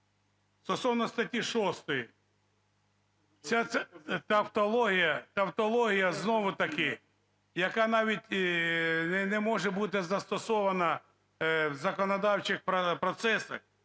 Стосовно статті 6. Ця тавтологія знову-таки, яка навіть не може бути застосована в законодавчих процесах,